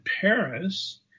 Paris